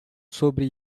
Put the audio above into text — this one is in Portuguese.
sobre